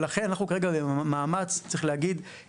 ולכן, אנחנו כרגע במאמץ עילאי.